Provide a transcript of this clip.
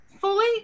fully